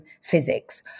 physics